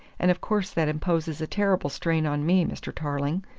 and of course that imposes a terrible strain on me, mr. tarling.